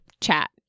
chat